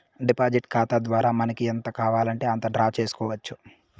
deposit ఖాతా ద్వారా మనకి ఎంత కావాలంటే అంత డ్రా చేసుకోవచ్చు